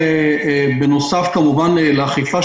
בנוסף לאכיפה,